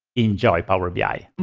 enjoy power bi.